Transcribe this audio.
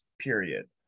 period